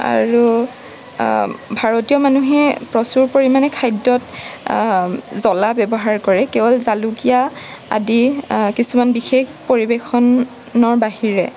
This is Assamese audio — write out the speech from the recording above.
আৰু ভাৰতীয় মানুহে প্ৰচুৰ পৰিমাণে খাদ্যত জ্বলা ব্যৱহাৰ কৰে কেৱল জালুকীয়া আদি কিছুমান বিশেষ পৰিৱেশনৰ বাহিৰে